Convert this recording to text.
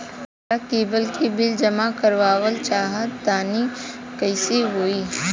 हमरा केबल के बिल जमा करावल चहा तनि कइसे होई?